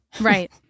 Right